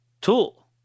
tool